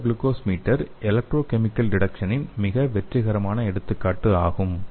இரத்த glucose meter electrochemical டிடெக்சனின் மிக வெற்றிகரமான எடுத்துக்காட்டு ஆகும்